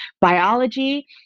biology